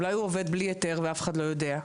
אולי הוא עובד בלי היתר ואף אחד לא יודע?